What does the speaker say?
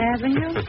Avenue